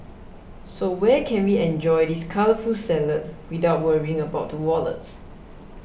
so where can we enjoy this colourful salad without worrying about the wallets